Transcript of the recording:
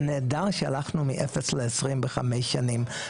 זה נהדר שהלכנו מאפס ל-20 בחמש שנים.